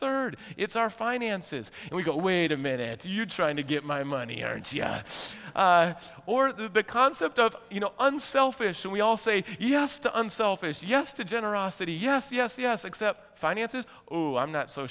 third it's our finances and we go wait a minute you're trying to get my money and so yes or the concept of you know unselfish and we all say yes to unselfish yes to generosity yes yes yes except finances i'm not so